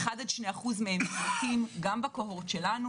1% עד 2% שלהם מתים גם בקוהוט שלנו.